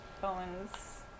Bowen's